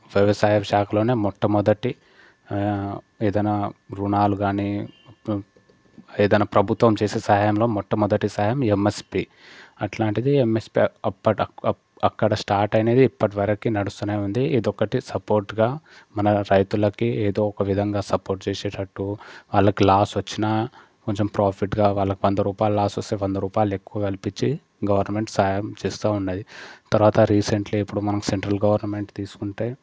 వ్యవసాయం శాఖలోనే మొట్టమొదటి ఏదన్నా రుణాలు కాని ఏదన్నా ప్రభుత్వం చేసే సాయంలో మొట్టమొదటి సాయం ఎంఎస్పి అట్లాంటిది ఎంఎస్పి అప్పట అక్కడ స్టార్ట్ అయినది ఇప్పటివరకు నడుస్తూనే ఉంది ఇది ఒకటి సపోర్ట్గా మన రైతులకి ఏదో ఒక విధంగా సపోర్ట్ చేసేటట్టు వాళ్లకు లాస్ వచ్చిన కొంచెం ప్రాఫిట్గా వాళ్లకు వంద రూపాయలు లాస్ వస్తే వంద రూపాయలు ఎక్కువ కల్పించి గవర్నమెంట్ సాయం చే ఉన్నది తర్వాత రీసెంట్లీ ఇప్పుడు మన సెంట్రల్ గవర్నమెంట్ తీసుకుంటే